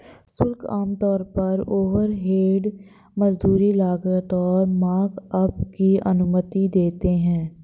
शुल्क आमतौर पर ओवरहेड, मजदूरी, लागत और मार्कअप की अनुमति देते हैं